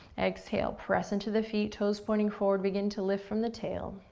exhale, press into the feet, toes pointing forward, begin to lift from the tail.